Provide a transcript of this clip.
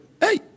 Hey